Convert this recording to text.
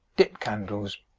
dip candles